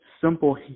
simple